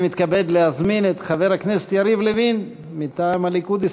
אני מתכבד להזמין את חבר הכנסת יריב לוין מטעם הליכוד,